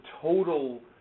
total